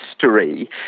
history